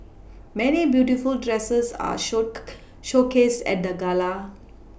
many beautiful dresses were show showcased at the gala